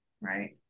Right